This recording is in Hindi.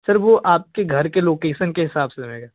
सर वो आपके घर के लोकेसन के हिसाब से रहेगा